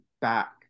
back